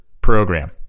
program